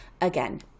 again